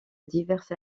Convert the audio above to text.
diverses